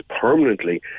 permanently